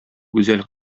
гүзәл